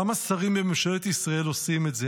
כמה שרים בממשלת ישראל עושים את זה?